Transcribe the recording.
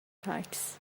packs